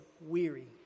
weary